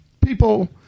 people